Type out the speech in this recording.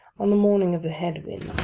on the morning of the head-wind